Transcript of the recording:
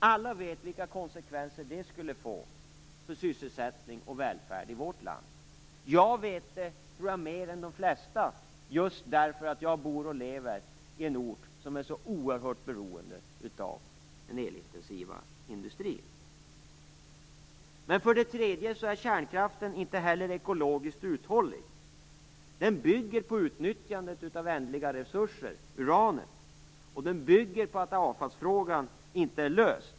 Alla vet vilka konsekvenser det skulle få för sysselsättning och välfärd i vårt land. Jag vet det - mer än de flesta - just därför att jag bor och lever i en ort som är så oerhört beroende av den elintensiva industrin. För det tredje är kärnkraften inte ekologiskt uthållig. Den bygger på utnyttjandet av ändliga resurser - uranet. Den bygger på att avfallsfrågan inte är löst.